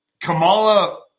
Kamala